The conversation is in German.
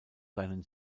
seinen